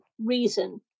reason